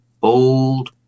bold